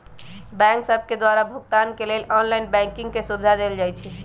bank सभके द्वारा भुगतान के लेल ऑनलाइन बैंकिंग के सुभिधा देल जाइ छै